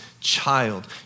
child